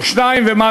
או 2 ומשהו,